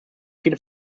viele